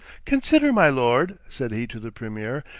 consider, my lord, said he to the premier,